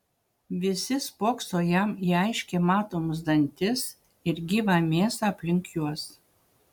visi spokso jam į aiškiai matomus dantis ir gyvą mėsą aplink juos